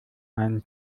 einen